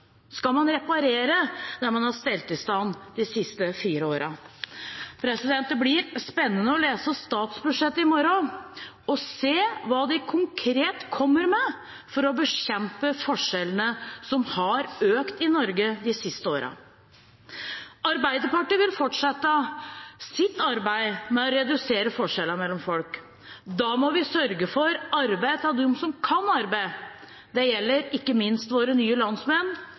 skal man reparere det man har stelt i stand de siste fire årene. Det blir spennende å lese statsbudsjettet i morgen og se hva de konkret kommer med for å bekjempe forskjellene som har økt i Norge de siste årene. Arbeiderpartiet vil fortsette sitt arbeid med å redusere forskjellene mellom folk. Da må vi sørge for arbeid til dem som kan arbeide. Det gjelder ikke minst våre nye landsmenn.